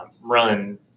run